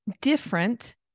different